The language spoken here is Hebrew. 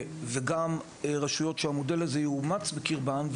וגם רשויות שהמודל הזה כן יאומץ בקרבן,